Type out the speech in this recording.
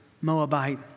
Moabite